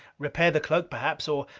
repair the cloak perhaps. or,